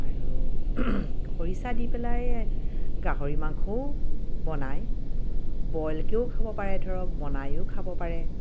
আৰু খৰিচা দি পেলাই গাহৰি মাংসও বনায় বইলকেও খাব পাৰে ধৰক বনাইও খাব পাৰে